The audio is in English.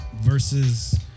versus